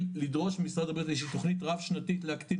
לדרוש ממשרד הבריאות איזו שהיא תכנית רב שנתית להקטין